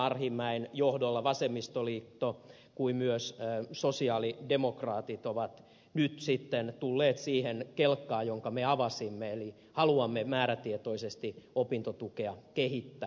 arhinmäen johdolla vasemmistoliitto kuin myös sosialidemokraatit ovat nyt sitten tulleet siihen kelkkaan jonka me avasimme eli haluamme määrätietoisesti opintotukea kehittää